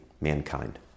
mankind